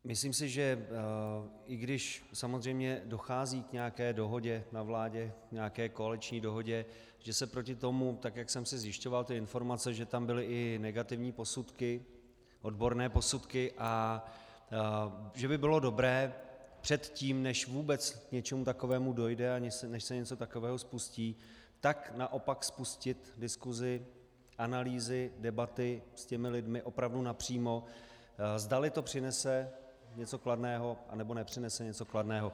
Myslím si, že i když samozřejmě dochází k nějaké dohodě na vládě, k nějaké koaliční dohodě, že se proti tomu, tak jak jsem si zjišťoval informace, že tam byly i negativní posudky, odborné posudky, a že by bylo dobré předtím, než vůbec k něčemu takovému dojde, než se něco takového spustí, naopak spustit diskusi, analýzy, debaty s těmi lidmi opravdu napřímo, zdali to přinese něco kladného, anebo nepřinese něco kladného.